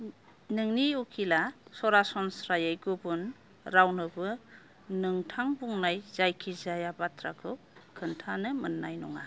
नोंनि उखिला सरासनस्रायै गुबुन रावनोबो नोंथां बुंनाय जायखिजाया बाथ्राखौ खोनथानो मोननाय नङा